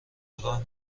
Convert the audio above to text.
نگاه